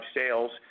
sales